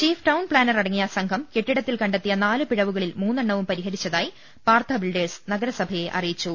chief town planner അടങ്ങിയ സംഘം കെട്ടിടത്തിൽ കണ്ടെ ത്തിയ നാല് പിഴ്വുകളിൽ മൂന്നണ്ണവും പരിഹരിച്ചതായി പാർഥാ ബിൽഡേഴ്സ് നഗരസഭയെ അറിയിച്ചു